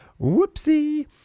Whoopsie